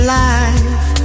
life